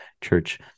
church